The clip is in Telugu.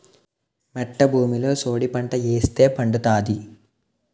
మెట్ట భూమిలో సోడిపంట ఏస్తే పండుతాది